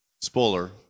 Spoiler